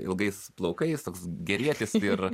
ilgais plaukais toks gerietis ir